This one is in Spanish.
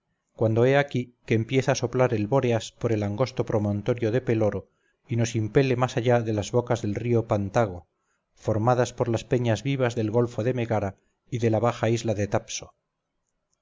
cuando he aquí que empieza a soplar el bóreas por el angosto promontorio de peloro y nos impele más allá de las bocas del río pantago formadas por peñas vivas del golfo de megara y de la baja isla de tapso